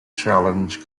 challenge